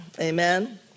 amen